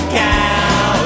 cow